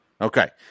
Okay